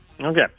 Okay